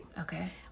Okay